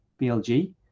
BLG